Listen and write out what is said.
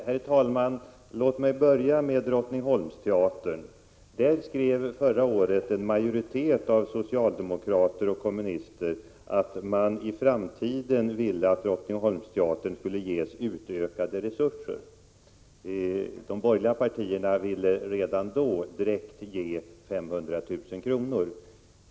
Herr talman! Låt mig börja med Drottningholmsteatern. Förra året skrev en majoritet av socialdemokrater och kommunister att man ville att Drottningholmsteatern i framtiden skulle ges utökade resurser. De borgerliga partierna ville redan då ge 500 000 kr. direkt.